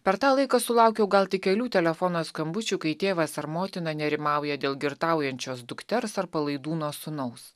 per tą laiką sulaukiau gal tik kelių telefono skambučių kai tėvas ar motina nerimauja dėl girtaujančios dukters ar palaidūno sūnaus